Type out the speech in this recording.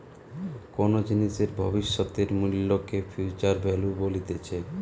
কোনো জিনিসের ভবিষ্যতের মূল্যকে ফিউচার ভ্যালু বলতিছে